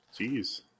Jeez